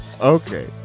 Okay